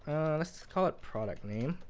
let's call it product name,